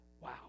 Wow